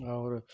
اور